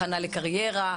הכנה לקריירה,